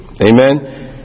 amen